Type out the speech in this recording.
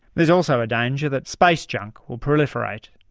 there is also a danger that space junk will proliferate.